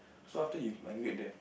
so after you migrate there